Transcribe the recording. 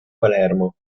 palermo